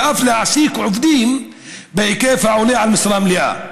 ואף להעסיק עובדים בהיקף העולה על משרה מלאה.